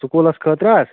سکوٗلَس خٲطرٕ حظ